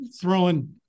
throwing